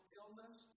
illness